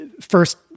first